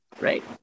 right